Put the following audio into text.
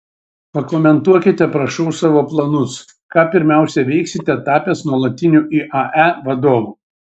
pakomentuokite prašau savo planus ką pirmiausia veiksite tapęs nuolatiniu iae vadovu